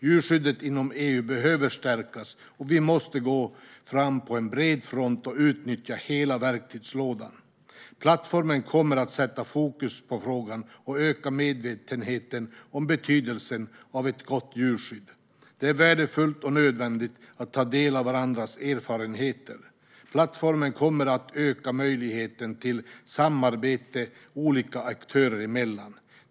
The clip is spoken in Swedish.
Djurskyddet inom EU behöver stärkas, och vi måste gå fram på bred front och utnyttja hela verktygslådan. Plattformen kommer att sätta fokus på frågan och öka medvetenheten om betydelsen av ett gott djurskydd. Det är värdefullt och nödvändigt att ta del av varandras erfarenheter. Plattformen kommer att öka möjligheten till samarbete olika aktörer emellan.